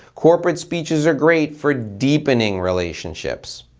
corporate speeches are great for deepening relationships.